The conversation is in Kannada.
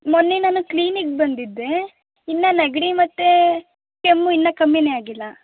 ಮೊನ್ನೆ ನಾನು ಕ್ಲಿನಿಕ್ ಬಂದಿದ್ದೆ ಇನ್ನು ನೆಗಡಿ ಮತ್ತು ಕೆಮ್ಮು ಇನ್ನು ಕಮ್ಮಿನೆ ಆಗಿಲ್ಲ